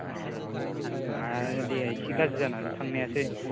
अ आंना आरो देहाया एसे गाज्रि जानानै थांनो हायासै